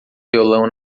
violão